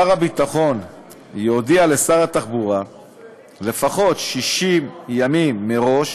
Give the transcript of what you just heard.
שר הביטחון יודיע לשר התחבורה לפחות 60 ימים מראש